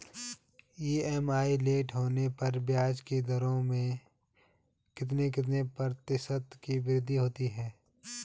EMI late होने पर ब्याज की दरों में कितने कितने प्रतिशत की वृद्धि होती है?